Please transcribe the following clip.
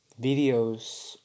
Videos